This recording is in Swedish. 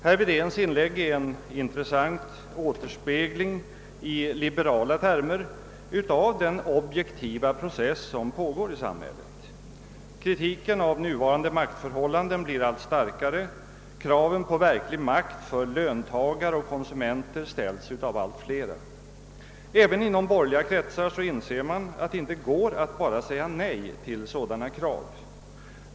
Hans anförande utgör en intressant avspegling i liberala termer av den objektiva process som pågår i samhället. Kritiken av nuvarande maktförhållanden blir allt starkare, kraven på verklig makt för löntagare och konsumenter ställs av allt flera. även i borgerliga kretsar inser man att det inte går att bara säga nej till sådana krav.